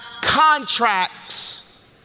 contracts